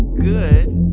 good